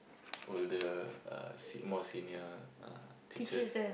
older uh se~ more senior uh teachers